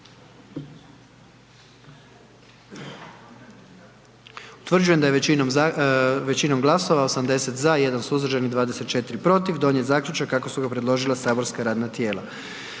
Utvrđujem da je većinom glasova, 97 za, 1 suzdržan i 3 protiv donijet zaključak kako ga je preložilo matično saborsko radno tijelo.